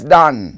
done